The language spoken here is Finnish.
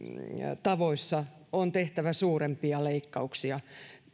kulkutavoissa on tehtävä suurempia leikkauksia